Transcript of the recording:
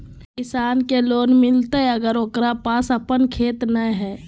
किसान के लोन मिलताय अगर ओकरा पास अपन खेत नय है?